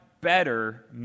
better